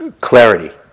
clarity